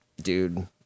dude